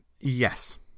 Yes